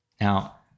Now